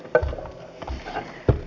hyvä ministeri